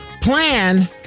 Plan